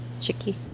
Chicky